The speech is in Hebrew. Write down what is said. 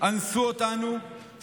אנסו אותנו,